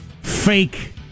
fake